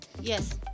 Yes